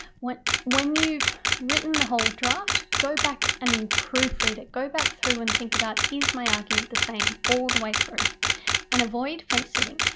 when you've written the whole draft go back and proofread it go back through and think about is my argument the same all the way through and avoid fence sitting.